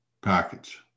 package